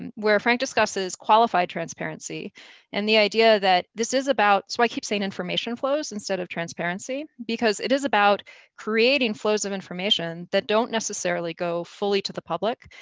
and where frank discusses qualified transparency and the idea that this is about, so i keep saying information flows instead of transparency, because it is about creating flows of information that don't necessarily go fully to the public,